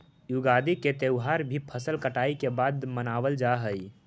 युगादि के त्यौहार भी फसल कटाई के बाद मनावल जा हइ